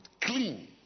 clean